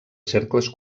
cercles